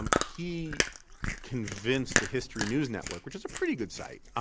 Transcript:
um he convinced the history news network which is a pretty good site